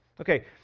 Okay